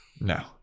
No